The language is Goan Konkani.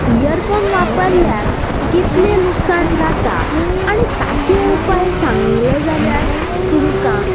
इयरफोन वापरल्यार कितले लुकसाण जाता आनी ताचे उपाय सांगले जाल्यार तुमकां